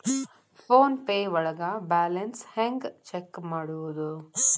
Phone pay ಒಳಗ balance ಹೆಂಗ್ check ಮಾಡುವುದು?